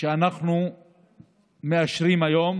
שאנחנו מאשרים היום